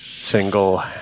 Single